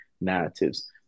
narratives